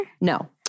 No